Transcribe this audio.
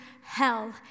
hell